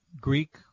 Greek